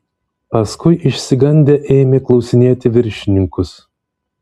paskui išsigandę ėmė klausinėti viršininkus